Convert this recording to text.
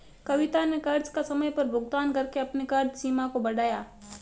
कविता ने कर्ज का समय पर भुगतान करके अपने कर्ज सीमा को बढ़ाया